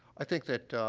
i think that,